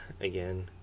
again